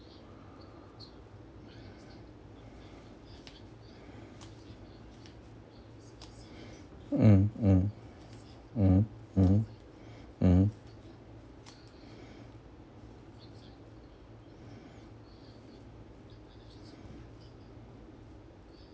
mm mm mmhmm mmhmm mm